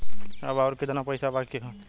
अब अउर कितना पईसा बाकी हव?